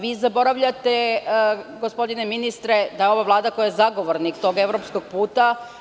Vi zaboravljate, gospodine ministre, da je ova vlada koja je zagovornik tog evropskog puta.